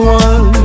one